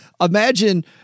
Imagine